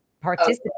participate